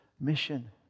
mission